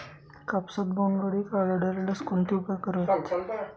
कापसात बोंडअळी आढळल्यास कोणते उपाय करावेत?